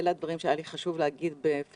אלה הדברים שהיה חשוב לי להגיד בפתח